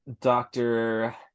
doctor